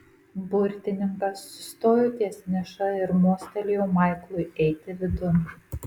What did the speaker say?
burtininkas sustojo ties niša ir mostelėjo maiklui eiti vidun